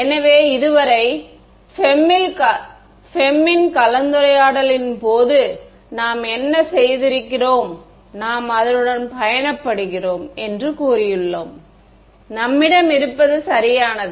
எனவே இதுவரை FEM கலந்துரையாடலின் போது நாம் என்ன செய்திருக்கிறோம் நாம் அதனுடன் பயணப்படுகிறோம் என்று கூறியுள்ளோம் நம்மிடம் இருப்பது சரியானது